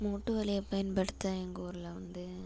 மூட்டு வலியை பயன்படுத்த எங்கள் ஊரில் வந்து